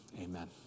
Amen